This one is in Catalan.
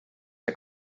que